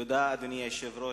תודה, אדוני היושב-ראש.